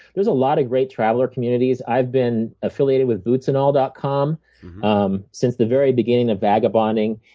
there's a lot of great traveler communities. i've been affiliated with bootsnall dot com um since the very beginning of vagabonding.